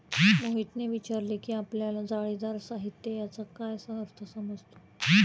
मोहितने विचारले की आपल्याला जाळीदार साहित्य याचा काय अर्थ समजतो?